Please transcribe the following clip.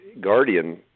guardian